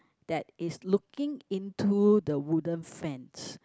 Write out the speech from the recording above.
that is looking into the wooden fence